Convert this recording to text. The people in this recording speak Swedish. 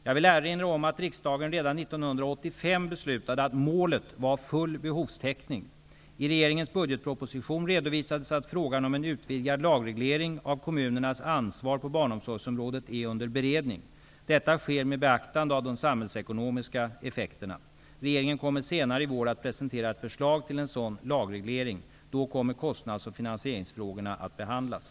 Jag vill erinra om att riksdagen redan 1985 regeringens budgetproposition redovisades att frågan om en utvidgad lagreglering av kommunernas ansvar på barnomsorgsområdet är under beredning. Detta sker med beaktande av de samhällsekonomiska effekterna. Regeringen kommer senare i vår att presentera ett förslag till en sådan lagreglering. Då kommer kostnads och finansieringsfrågorna att behandlas.